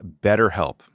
BetterHelp